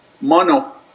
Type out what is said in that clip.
mono